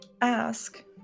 ask